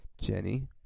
Jenny